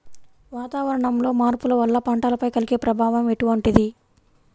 వాతావరణంలో మార్పుల వల్ల పంటలపై కలిగే ప్రభావం ఎటువంటిది?